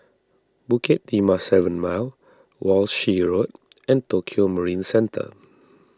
Bukit Timah seven Mile Walshe Road and Tokio Marine Centre